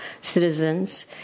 citizens